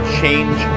change